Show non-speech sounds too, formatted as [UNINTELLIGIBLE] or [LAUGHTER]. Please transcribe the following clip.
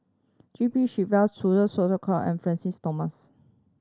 G P [UNINTELLIGIBLE] and Francis Thomas